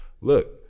look